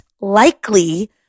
likely